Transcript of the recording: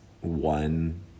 one